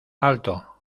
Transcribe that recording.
alto